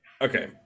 Okay